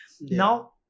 now